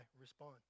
respond